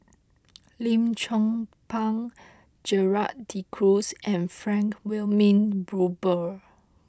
Lim Chong Pang Gerald De Cruz and Frank Wilmin Brewer